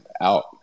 out